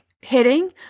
hitting